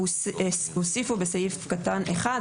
הוסיפו בסעיף קטן (1),